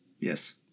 Yes